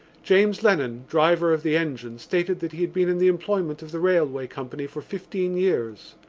james lennon, driver of the engine, stated that he had been in the employment of the railway company for fifteen years.